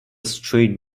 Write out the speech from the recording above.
strayed